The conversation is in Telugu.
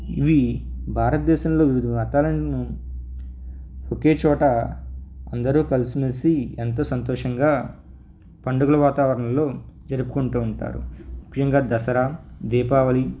ఇవి భారతదేశంలో వివిధ మతాలను ఒకే చోట అందరూ కలసి మెలసి ఎంతో సంతోషంగా పండుగల వాతావరణంలో జరుపుకుంటూ ఉంటారు ముఖ్యంగా దసరా దీపావళీ